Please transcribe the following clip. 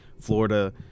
Florida